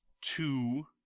two